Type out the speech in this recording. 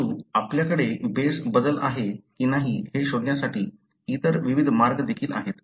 परंतु आपल्याकडे बेस बदल आहे की नाही हे शोधण्यासाठी इतर विविध मार्ग देखील आहेत